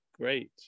great